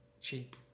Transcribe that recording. cheap